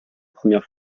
première